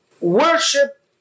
worship